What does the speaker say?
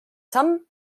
samm